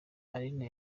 aline